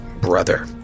brother